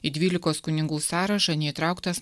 į dvylikos kunigų sąrašą neįtrauktas